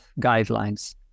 guidelines